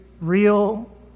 real